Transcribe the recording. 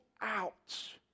out